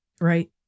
Right